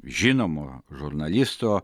žinomo žurnalisto